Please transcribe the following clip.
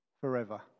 forever